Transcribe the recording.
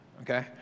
Okay